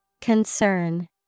Concern